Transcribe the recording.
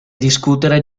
discutere